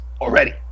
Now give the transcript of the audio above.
already